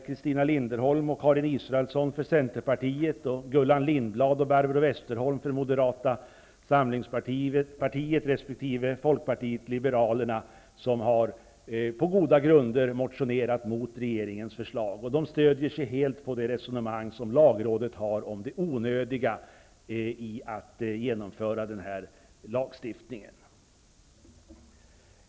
Christina Linderholm och Karin Israelsson, Centern, samt Gullan Lindblad och Barbro Westerholm, Moderata samlingspartiet resp. Folkpartiet liberalerna har på goda grunder motionerat mot regeringens förslag. De stöder sig helt på det resonemang som lagrådet för om det onödiga i att genomföra den här lagändringen.